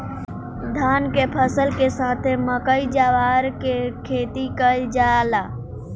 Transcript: धान के फसल के साथे मकई, जवार के खेती कईल जाला